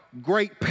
great